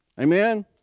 Amen